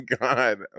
God